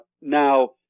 now